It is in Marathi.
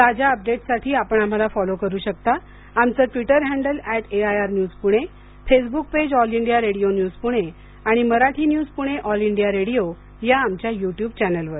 ताज्या अपडेट्ससाठी आपण आम्हाला फॉलो करु शकता आमचं Twitter handle at AIR news Pune Facebook page all India radio news Pune आणि Marathi news Pune all India radio या आमच्या युट्युब चॅनेलवर